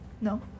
No